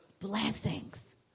Blessings